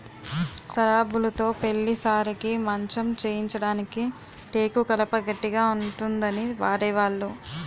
సరాబులుతో పెళ్లి సారెకి మంచం చేయించడానికి టేకు కలప గట్టిగా ఉంటుందని వాడేవాళ్లు